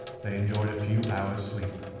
they enjoyed a few hours' sleep.